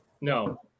No